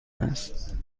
است